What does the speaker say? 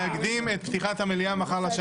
היום יום ראשון,